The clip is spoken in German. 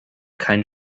keinen